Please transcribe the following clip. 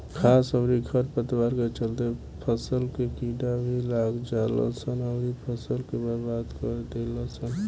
घास अउरी खर पतवार के चलते फसल में कीड़ा भी लाग जालसन अउरी फसल के बर्बाद कर देलसन